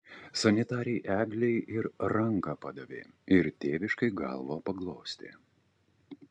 sanitarei eglei ir ranką padavė ir tėviškai galvą paglostė